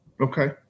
Okay